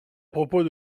propos